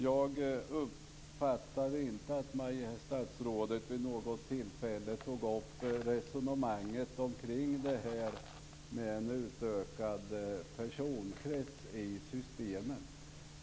Jag uppfattade inte att statsrådet vid något tillfälle tog upp resonemanget omkring en utökad personkrets i systemen.